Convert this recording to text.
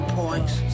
points